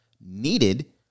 needed